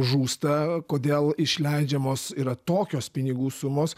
žūsta kodėl išleidžiamos yra tokios pinigų sumos